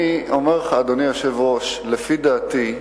אני אומר לך, אדוני היושב-ראש, לפי דעתי,